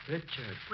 Richard